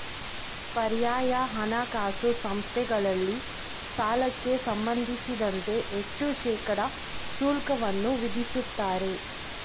ಪರ್ಯಾಯ ಹಣಕಾಸು ಸಂಸ್ಥೆಗಳಲ್ಲಿ ಸಾಲಕ್ಕೆ ಸಂಬಂಧಿಸಿದಂತೆ ಎಷ್ಟು ಶೇಕಡಾ ಶುಲ್ಕವನ್ನು ವಿಧಿಸುತ್ತಾರೆ?